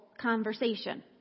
conversation